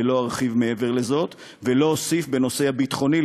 ולא ארחיב מעבר לזאת ולא אוסיף בנושא הביטחוני על